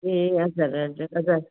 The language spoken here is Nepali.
ए हजुर हजुर हजुर